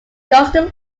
garston